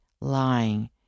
lying